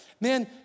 man